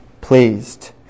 pleased